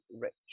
Rich